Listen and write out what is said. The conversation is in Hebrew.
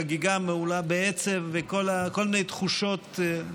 חגיגה מהולה בעצב וכל מיני תחושות.